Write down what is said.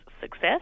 success